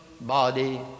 body